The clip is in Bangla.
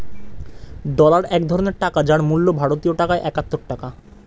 ডলার এক ধরনের টাকা যার মূল্য ভারতীয় টাকায় একাত্তর টাকা